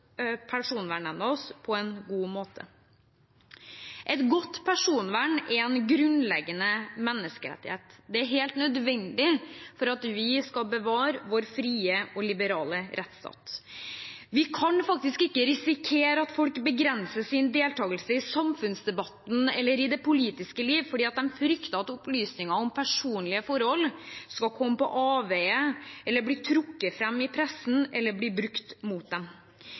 oss på en god måte. Et godt personvern er en grunnleggende menneskerettighet. Det er helt nødvendig for at vi skal bevare vår frie og liberale rettsstat. Vi kan faktisk ikke risikere at folk begrenser sin deltakelse i samfunnsdebatten eller i det politiske liv fordi de frykter at opplysninger om personlige forhold skal komme på avveier, bli trukket fram i pressen eller brukt mot dem.